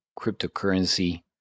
cryptocurrency